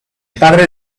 padre